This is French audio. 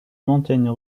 montagnes